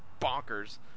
bonkers